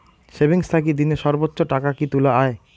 Savings থাকি দিনে সর্বোচ্চ টাকা কি তুলা য়ায়?